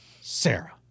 Sarah